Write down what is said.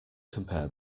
compare